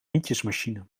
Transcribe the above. nietjesmachine